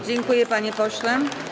Dziękuję, panie pośle.